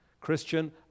Christian